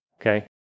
okay